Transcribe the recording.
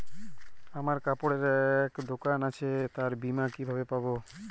আমার কাপড়ের এক দোকান আছে তার বীমা কিভাবে করবো?